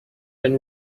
been